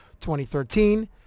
2013